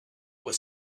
was